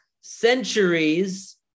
centuries